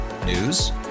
News